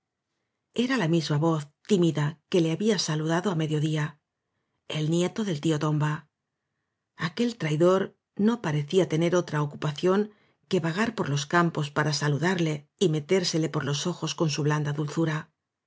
era la misma voz tímida que le había salu dado á medio día el nieto del tío tomba aquel traidor no parecía tener otra ocupación que vagar por los caminos para saludarle y metérsele por los ojos con su blanda dulzura